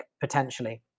potentially